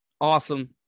awesome